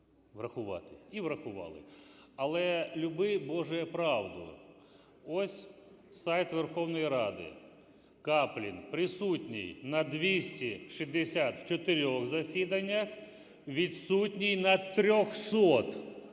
врахувати. І врахували. Але люби, Боже, правду. Ось сайт Верховної Ради: Каплін присутній на 264 засіданнях, відсутній на 300.